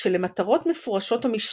שלמטרות מפורשות או משתמעות,